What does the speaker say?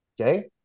okay